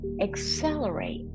accelerate